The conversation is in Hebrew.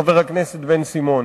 חבר הכנסת בן-סימון.